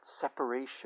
separation